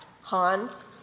Hans